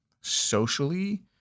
socially